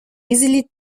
easily